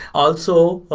also,